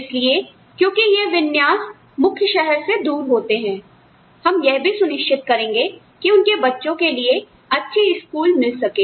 इसलिए क्योंकि यह विन्यास मुख्य शहर से दूर होते हैं हम यह भी सुनिश्चित करेंगे कि उनके बच्चों के लिए अच्छी स्कूल मिल सके